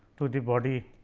to the body